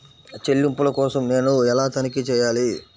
చెల్లింపుల కోసం నేను ఎలా తనిఖీ చేయాలి?